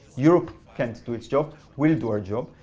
europe can't do its job. we'll do our job.